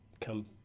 come